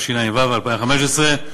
התשע"ו 2015,